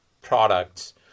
products